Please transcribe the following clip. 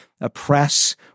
oppress